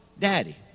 daddy